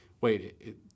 wait